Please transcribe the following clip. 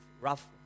rough